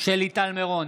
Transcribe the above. שלי טל מירון,